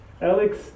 Alex